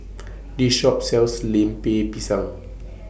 This Shop sells Lemper Pisang